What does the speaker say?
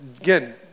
Again